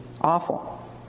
awful